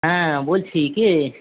হ্যাঁ বলছি কে